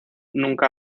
nunca